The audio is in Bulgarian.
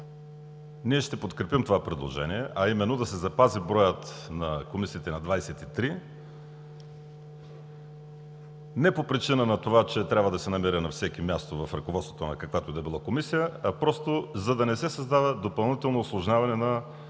Ние ще подкрепим това предложение, а именно да се запази броя на комисиите на 23 не по причина на това, че трябва да се намери на всеки място в ръководството на каквато и да било комисия, а просто за да не се създава допълнително усложняване на дискусията,